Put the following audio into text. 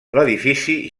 l’edifici